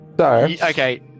okay